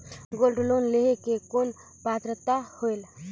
Gold loan लेहे के कौन पात्रता होएल?